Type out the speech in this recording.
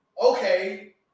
okay